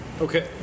Okay